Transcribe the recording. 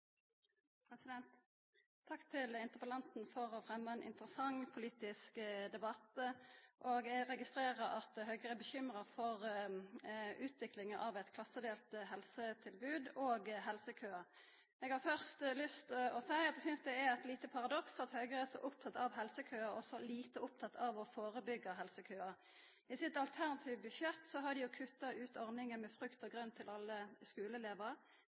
Takk til interpellanten for å fremma ein interessant politisk debatt. Eg registrerer at Høgre er bekymra for utviklinga av eit klassedelt helsetilbod og helsekøar. Eg har først lyst til å seia at eg synest det er eit lite paradoks at Høgre er så opptatt av helsekøar og så lite opptatt av å førebygga helsekøar. I sitt alternative budsjett har dei òg kutta ut ordninga med frukt og grønt til alle